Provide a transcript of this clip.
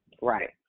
right